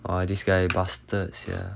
!wah! this guy bastard sia